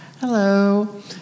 Hello